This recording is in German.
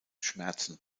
schmerzen